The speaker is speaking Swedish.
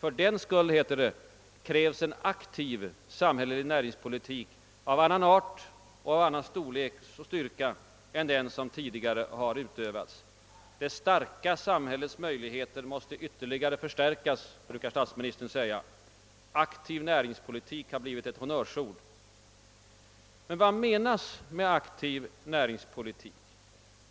Fördenskull, heter det, krävs en aktiv samhällelig näringspo litik av annan art och av annan storlek och styrka än den som tidigare har utövats. Det starka samhällets möjligheter måste ytterligare förstärkas, brukar statsministern säga. Aktiv näringspolitik har blivit ett honnörsord. Men vad menas med aktiv näringspolitik?